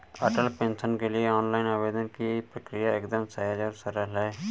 अटल pension के लिए online आवेदन की प्रक्रिया एकदम सहज और सरल है